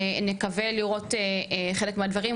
ונקווה לראות חלק מהדברים,